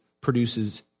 produces